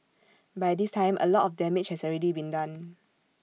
by this time A lot of damage has already been done